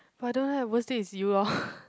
but I don't have worst date is you lor